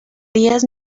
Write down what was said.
díaz